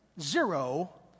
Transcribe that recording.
zero